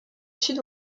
sud